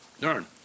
Darn